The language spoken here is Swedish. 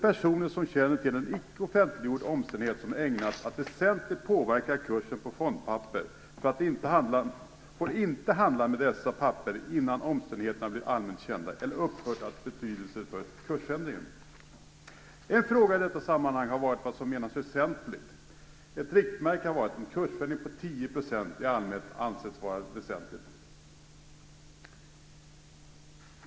Personer som känner till en icke offentliggjort omständighet som är ägnad att väsentligt påverka kursen på fondpapper får inte handla med dessa papper innan omständigheterna blivit allmänt kända eller upphört att ha betydelse för kursändringen. En fråga i detta sammanhang har varit vad som menas med "väsentligt". Ett riktmärke har varit att en kursförändring på 10 % i allmänhet ansetts vara väsentlig.